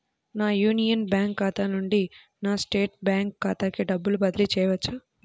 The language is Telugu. నా యూనియన్ బ్యాంక్ ఖాతా నుండి నా స్టేట్ బ్యాంకు ఖాతాకి డబ్బు బదిలి చేయవచ్చా?